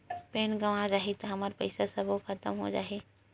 Pan गंवा जाही हमर पईसा सबो खतम हो जाही?